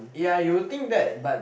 ya you'll think that but